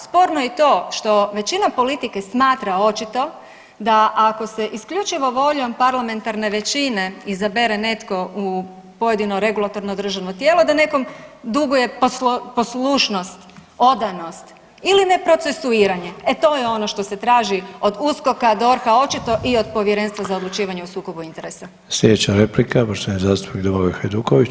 Sporno je i to što većina politike smatra očito da ako se isključivo voljom parlamentarne većine izabere netko u pojedino regulatorno državno tijelo da nekom duguje poslušnost, odanost ili ne procesuiranje, e to je ono što se traži od USKOK-a, DORH-a, očito i od Povjerenstva za odlučivanje o sukobu interesa.